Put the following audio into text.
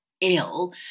ill